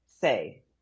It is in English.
say